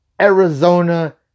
Arizona